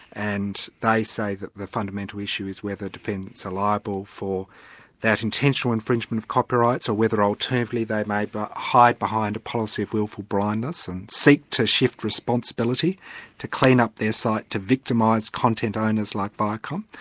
and they say that the fundamental issue is whether defendants are liable for that intentional infringement of copyrights, or whether alternatively they may hide behind a policy of willful blindness and seek to shift responsibility to clean up their site, to victimise content owners like viacom.